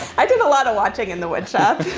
i did a lot of watching in the wood shop.